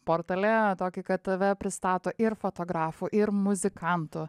portale tokį kad tave pristato ir fotografu ir muzikantu